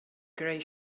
greu